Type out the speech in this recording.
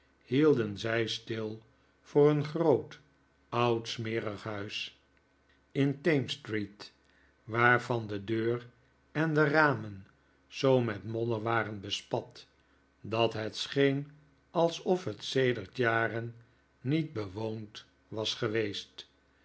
hielden zij stil voor een groot oud smerig huis in thames street waarvan de deur en de ramen zoo met modder waren bespat dat het scheen alsof het sedert jaren niet bewoond was geweest